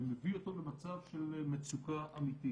ומביא אותו למצב של מצוקה אמיתית.